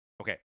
Okay